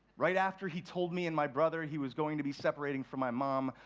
right after he told me and my brother he was going to be separating from my mom,